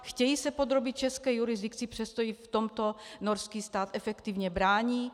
Chtějí se podrobit české jurisdikci, přesto jí v tomto norský stát efektivně brání.